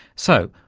so,